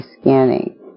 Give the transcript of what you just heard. scanning